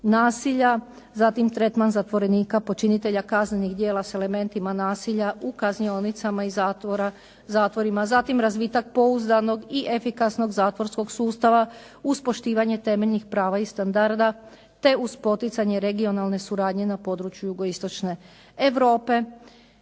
nasilja, zatim tretman zatvorenika počinitelja kaznenih djela s elementima nasilja u kaznionicama i zatvorima. Zatim razvitak pouzdanog i efikasnog zatvorskog sustava uz poštivanje temeljnih prava i standarda te uz poticanje regionalne suradnje na području Jugoistočne Europe